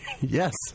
yes